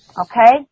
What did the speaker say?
okay